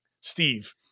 Steve –